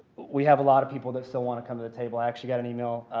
we have a lot of people that still want to come to the table. i actually got an and e-mail